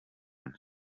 nibwo